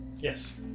Yes